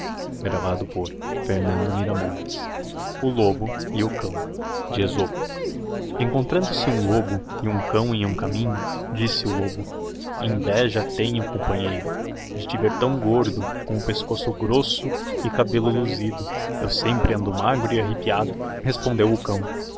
o lobo e o cão encoiitrando se hum lobo e hum cão em hum caminho disse o lobo inveja tenho companheiro de te ver tão gordo com o pescoço grosso e cabello luzido eu sempre ando magro e arripiado respondeo o cão